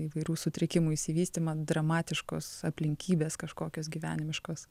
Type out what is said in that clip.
įvairių sutrikimų išsivystymą dramatiškos aplinkybės kažkokios gyvenimiškos